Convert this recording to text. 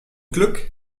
glück